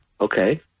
Okay